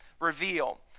reveal